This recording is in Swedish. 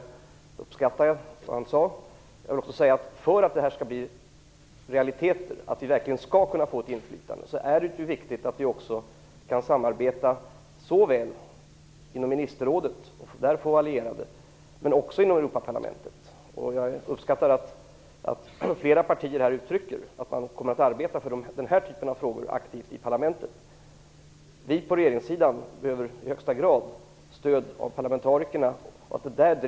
Jag uppskattar vad han sade. För att det här skall bli en realitet, för att vi verkligen skall kunna få ett inflytande, är det viktigt att vi kan samarbeta inom ministerrådet men också inom Europaparlamentet. Jag uppskattar att flera partier uttrycker att de kommer att arbeta aktivt i parlamentet för den här typen av frågor. Vi på regeringssidan behöver i högsta grad stöd av parlamentarikerna.